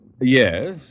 Yes